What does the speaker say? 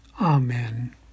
Amen